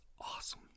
awesome